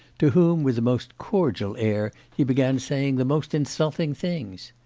to whom with the most cordial air he began saying the most insulting things.